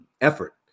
effort